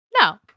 No